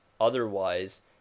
Otherwise